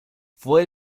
fue